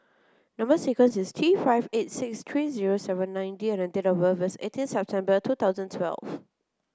number sequence is T five eight six three zero seven nine D and date of birth is eighteenth September two thousand twelve